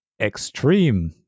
Extreme